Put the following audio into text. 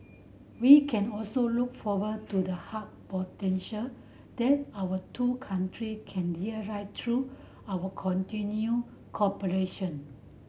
we can also look forward to the hug potential that our two country can realise through our continued cooperation